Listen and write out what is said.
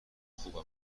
خوبم